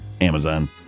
Amazon